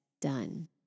done